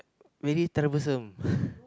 really troublesome